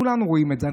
כולנו רואים את זה,